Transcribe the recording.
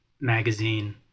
magazine